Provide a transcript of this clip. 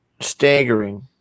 staggering